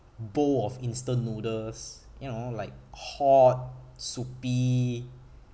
bowl of instant noodles you know like hot soupy